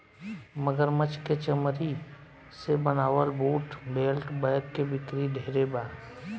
मगरमच्छ के चमरी से बनावल बूट, बेल्ट, बैग के बिक्री ढेरे बा